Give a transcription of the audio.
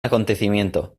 acontecimiento